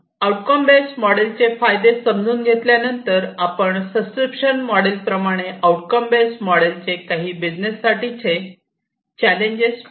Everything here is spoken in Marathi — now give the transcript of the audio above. आउटकम बेस्ट मोडेल चे फायदे समजून घेतल्यानंतर सबस्क्रीप्शन मोडेल प्रमाणे आउटकम बेस्ट मोडेल चे बिझनेस साठीचे काही चॅलेंजेस देखील पाहू